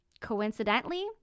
coincidentally